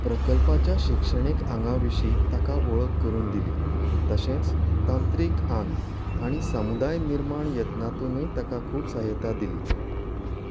प्रकल्पाच्या शिक्षणीक आंगां विशीं ताका वळख करून दिली तशेंच तंत्रीक आंग आनी समुदाय निर्माण यत्नांतूय ताका खूब सहाय्यता दिल्ली